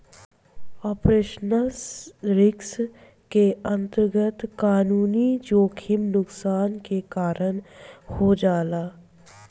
operational risk के अंतरगत कानूनी जोखिम नुकसान के कारन हो जाला